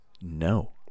no